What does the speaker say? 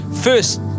first